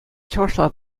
чӑвашла